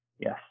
yes